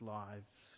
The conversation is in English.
lives